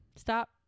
Stop